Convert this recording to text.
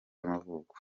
y’amavuko